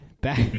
back